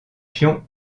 pion